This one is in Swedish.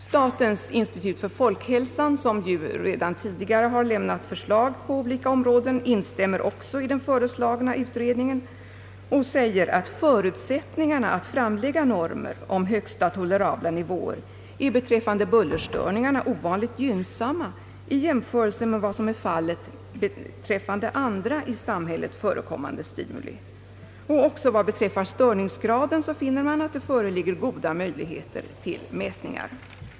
Statens institut för folkhälsan, som redan tidigare har lämnat förslag på olika områden, instämmer också i den föreslagna utredningen och säger att förutsättningarna att framlägga normer om högsta tolerabla nivåer är beträffande buillerstörningarna ovanligt gynnsamma i jämförelse med vad som är fallet beträffande andra i samhället förekommande stimuli. Också vad beträffar störningsgraden säger man att det föreligger goda möjligheter till mätningar.